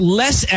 less